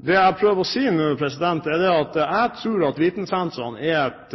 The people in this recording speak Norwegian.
Det jeg prøver å si, er at jeg tror at vitensentrene er et